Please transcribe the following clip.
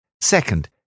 Second